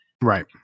Right